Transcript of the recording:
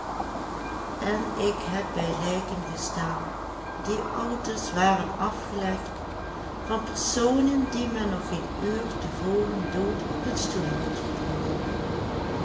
en ik heb bij lijken gestaan die aldus waren afgelegd van personen die men nog geen uur te voren dood op hun stoel